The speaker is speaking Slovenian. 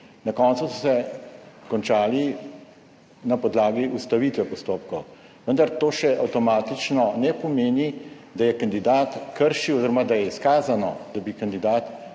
Na koncu so se končali na podlagi ustavitve postopkov, vendar to avtomatično še ne pomeni, da je kandidat kršil oziroma da je izkazano, da bi kandidat